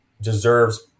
deserves